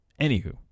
Anywho